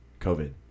COVID